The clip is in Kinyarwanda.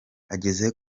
ageze